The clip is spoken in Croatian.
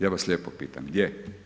Ja vas lijepo pitam, gdje?